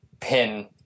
pin